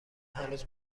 هنوز